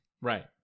Right